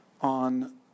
on